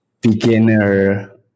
beginner